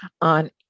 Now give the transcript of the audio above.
on